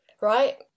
right